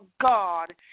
God